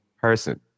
person